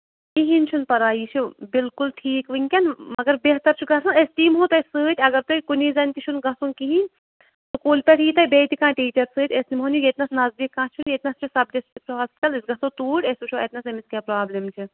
کِہیٖنۍ چھُنہٕ پَرواے یہِ چھ بِلکُل ٹھیٖک وٕنۍکٮ۪ن مگر بہتَر چھُ گَژھان أسۍ تہِ یِمو تۄہہِ سۭتۍ اَگر تۄہہِ کُنی زٔنۍ تہِ چھُنہٕ گَژھُن کِہیٖنۍ سکوٗل پٮ۪ٹھ ییتو بیٚیہِ تہِ کانٛہہ ٹیٖچَر سۭتۍ أسۍ نِمون یہِ ییٚتہِ نَس نَزدیٖک کانٛہہ چھُ ییٚتہِ نَس چھِ سَب ڈِسٹِرٛکٹ ہاسپِٹَل أسۍ گَژھو توٗرۍ أسۍ وٕچھو اَتہِ نَس أمِس کیٛاہ پرٛابلِم چھِ